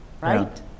right